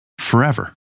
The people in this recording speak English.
forever